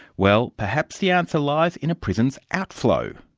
well, perhaps the answer lies in a prison's outflow.